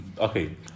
okay